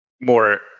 more